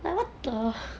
like what the